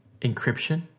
encryption